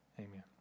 Amen